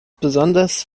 besonders